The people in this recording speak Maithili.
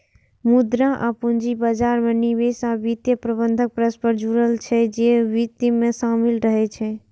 मुद्रा आ पूंजी बाजार, निवेश आ वित्तीय प्रबंधन परस्पर जुड़ल छै, जे वित्त मे शामिल रहै छै